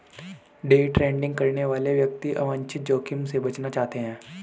day trading करने वाले व्यक्ति अवांछित जोखिम से बचना चाहते हैं